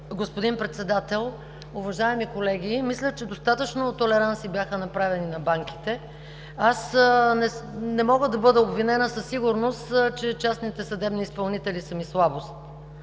господин Председател! Уважаеми колеги, мисля че достатъчно толеранси бяха направени на банките. Не мога да бъда обвинена със сигурност, че частните съдебни изпълнители са ми слабост.